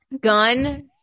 Gun